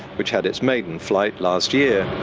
which had its maiden flight last year.